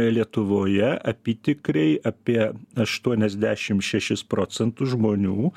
lietuvoje apytikriai apie aštuoniasdešim šešis procentus žmonių